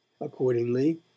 accordingly